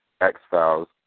X-Files